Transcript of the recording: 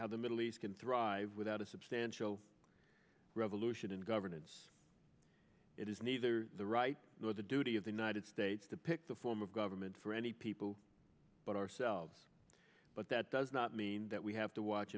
how the middle east can thrive without a substantial revolution in governance it is neither the right nor the duty of the united states to pick the form of government for any people but ourselves but that does not mean that we have to watch